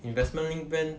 investment link plan